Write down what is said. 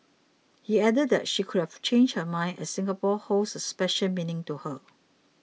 he added that she could have changed her mind as Singapore holds a special meaning to her